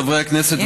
חברי הכנסת,